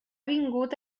vingut